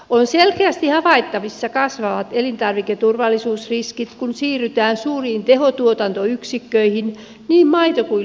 on selkeästi havaittavissa kasvavat elintarviketurvallisuusriskit kun siirrytään suuriin tehotuotantoyksikköihin niin maito kuin lihatuotannossakin